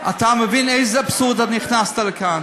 אתה מבין איזה אבסורד הכנסת לכאן?